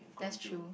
going to